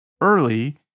Early